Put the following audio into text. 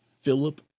Philip